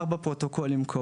ארבעה פרוטוקולים.